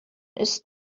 ist